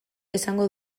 esango